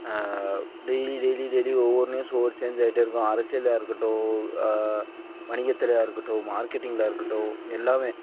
daily daily daily ஒவ்வொரு news ஒவ்வொரு change ஆகிட்டே இருக்கும் அரசியலாக இருக்கட்டும் வணிகத்துலையா இருக்கட்டும் மார்கெட்டிங்க்லையா இருக்கட்டும் எல்லாமே